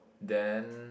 then